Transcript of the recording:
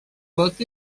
worth